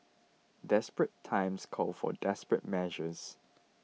desperate times call for desperate measures